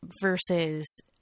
Versus